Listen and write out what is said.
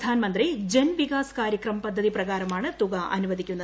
പ്രധാൻമന്ത്രി ജൻ വികാസ് കാര്യക്രം പദ്ധതി പ്രകാരമാണ് തുക അനുവദിക്കുന്നത്